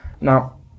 Now